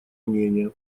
мнения